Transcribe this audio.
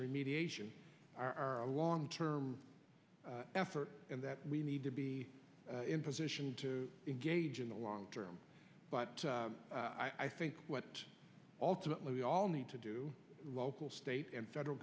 are remediation are a long term effort and that we need to be in position to engage in the long term but i think what ultimately we all need to do local state and federal